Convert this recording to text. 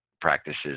practices